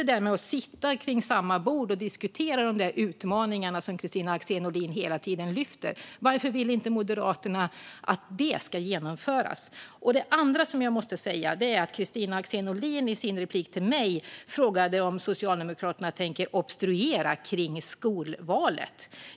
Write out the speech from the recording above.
Det handlar just om att sitta vid samma bord och diskutera utmaningarna, som Kristina Axén Olin hela tiden lyfter fram. Varför vill inte Moderaterna att det ska genomföras? Kristina Axén Olin frågade i sin replik på mitt anförande om Socialdemokraterna tänker obstruera om skolvalet.